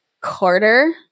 quarter